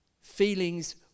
feelings